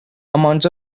amounts